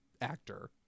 actor